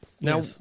now